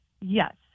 Yes